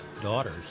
daughters